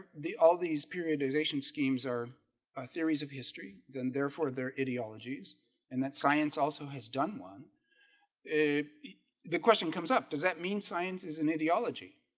all these periodization schemes are theories of history, then therefore their ideologies and that science also has done one the question comes up does that mean science is an ideology?